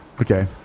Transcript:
Okay